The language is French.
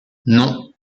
non